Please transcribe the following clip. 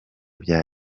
bya